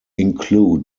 include